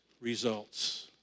Results